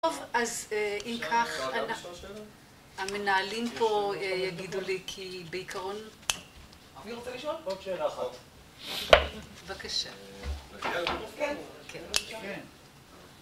טוב, אז אם כך, המנהלים פה יגידו לי כי בעיקרון... מי רוצה לשאול? עוד שאלה אחת. בבקשה.